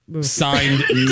signed